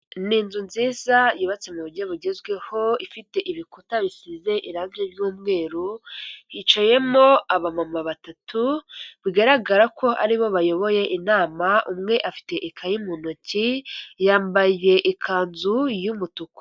Ni inzu nziza yubatse mu buryo bugezweho, ifite ibikuta bisize irange ry'umweru, hicayemo abamama batatu bigaragara ko ari bo bayoboye inama, umwe afite ikayi mu ntoki, yambaye ikanzu y'umutuku.